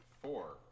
Four